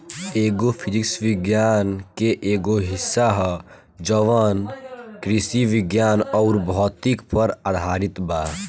agro physics विज्ञान के एगो हिस्सा ह जवन कृषि विज्ञान अउर भौतिकी पर आधारित बा